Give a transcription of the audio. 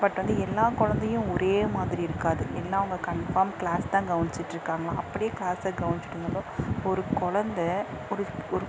but வந்து எல்லாம் கொழந்தையும் ஒரே மாதிரி இருக்காது ஏன்னால் அவங்க கன்ஃபார்ம் கிளாஸ் தான் கவனிச்சிட்ருக்காங்ளா அப்படி கிளாஸை கவனிச்சிட்ருந்தாளோ ஒரு கொழந்த ஒரு ஒரு